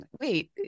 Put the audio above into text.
wait